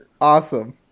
Awesome